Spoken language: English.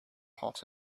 hot